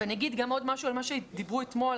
ואני אגיד גם עוד משהו על מה שדיברו אתמול,